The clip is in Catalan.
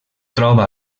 troba